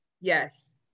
Yes